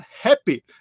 happy